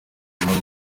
nyamara